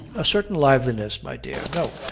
a certain liveliness, my dear. no,